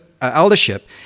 eldership